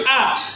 ask